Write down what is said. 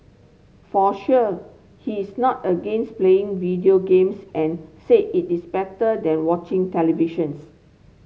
for sure he is not against playing video games and said it is better than watching televisions